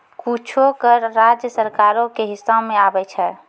कुछो कर राज्य सरकारो के हिस्सा मे आबै छै